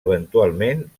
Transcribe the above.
eventualment